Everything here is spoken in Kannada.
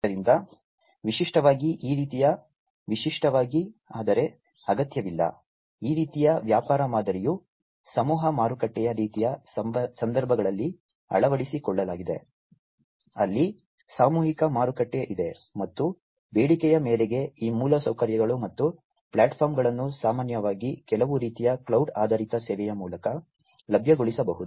ಆದ್ದರಿಂದ ವಿಶಿಷ್ಟವಾಗಿ ಈ ರೀತಿಯ ವಿಶಿಷ್ಟವಾಗಿ ಆದರೆ ಅಗತ್ಯವಿಲ್ಲ ಈ ರೀತಿಯ ವ್ಯಾಪಾರ ಮಾದರಿಯು ಸಮೂಹ ಮಾರುಕಟ್ಟೆಯ ರೀತಿಯ ಸಂದರ್ಭಗಳಲ್ಲಿ ಅಳವಡಿಸಿಕೊಳ್ಳಲಾಗಿದೆ ಅಲ್ಲಿ ಸಾಮೂಹಿಕ ಮಾರುಕಟ್ಟೆ ಇದೆ ಮತ್ತು ಬೇಡಿಕೆಯ ಮೇರೆಗೆ ಈ ಮೂಲಸೌಕರ್ಯಗಳು ಮತ್ತು ಪ್ಲಾಟ್ಫಾರ್ಮ್ಗಳನ್ನು ಸಾಮಾನ್ಯವಾಗಿ ಕೆಲವು ರೀತಿಯ ಕ್ಲೌಡ್ ಆಧಾರಿತ ಸೇವೆಯ ಮೂಲಕ ಲಭ್ಯಗೊಳಿಸಬಹುದು